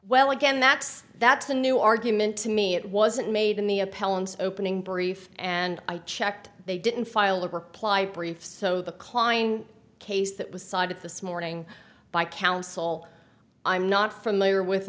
well again that's that's a new argument to me it wasn't made in the appellants opening brief and i checked they didn't file a reply brief so the klein case that was sided this morning by counsel i'm not familiar with